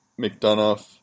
McDonough